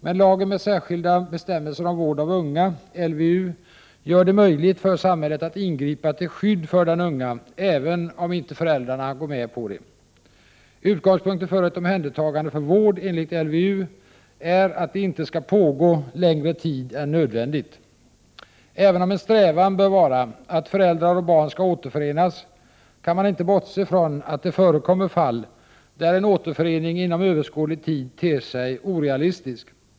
Men lagen med särskilda bestämmelser om vård av unga gör det möjligt för samhället att ingripa till skydd för den unga även om inte föräldrarna går med på det. Utgångspunkten för ett omhändertagande för vård enligt LVU är att det inte skall pågå längre tid än nödvändigt. Även om en strävan bör vara att föräldrar och barn skall återförenas kan man inte bortse från att det förekommer fall där en återförening inom överskådlig tid ter sig orealistisk.